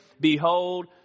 Behold